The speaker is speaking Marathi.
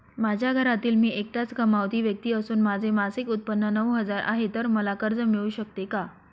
माझ्या घरातील मी एकटाच कमावती व्यक्ती असून माझे मासिक उत्त्पन्न नऊ हजार आहे, तर मला कर्ज मिळू शकते का?